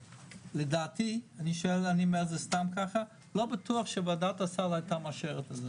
לדעתי לא בטוח שוועדת הסל היתה מאשרת את זה.